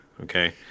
okay